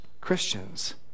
Christians